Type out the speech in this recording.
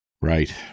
Right